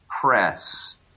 press